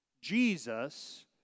Jesus